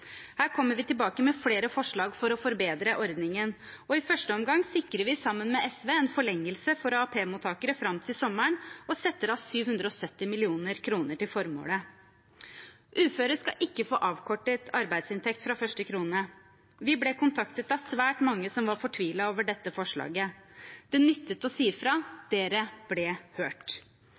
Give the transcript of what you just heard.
Her kommer vi tilbake med flere forslag for å forbedre ordningen. I første omgang sikrer vi, sammen med SV, en forlengelse for AAP-mottakere fram til sommeren, og setter av 770 mill. kr til formålet. Uføre skal ikke få avkortet arbeidsinntekt fra første krone. Vi ble kontaktet av svært mange som var fortvilet over dette forslaget. Det nyttet å si fra. Dere ble hørt.